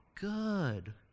good